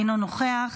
אינו נוכח,